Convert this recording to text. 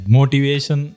Motivation